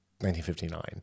1959